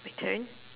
my turn